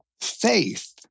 faith